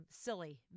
Silly